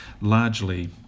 largely